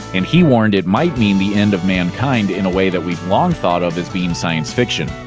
and he warned it might mean the end of mankind in a way that we've long thought of as being science fiction.